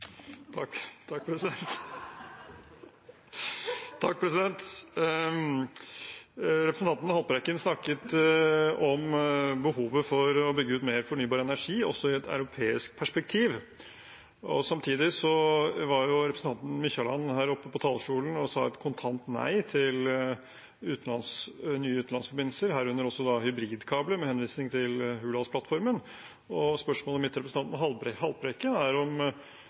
Representanten Haltbrekken snakket om behovet for å bygge ut mer fornybar energi, også i et europeisk perspektiv. Samtidig var representanten Mykjåland her oppe på talerstolen og sa et kontant nei til nye utenlandsforbindelser, herunder også hybridkabler, med henvisning til Hurdalsplattformen. Spørsmålet mitt til representanten Haltbrekken er om